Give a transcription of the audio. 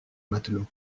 matelot